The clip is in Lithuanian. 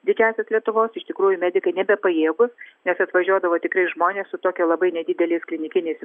didžiąsias lietuvos iš tikrųjų medikai nebepajėgūs nes atvažiuodavo tikrai žmonės su tokia labai nedideliais klinikiniais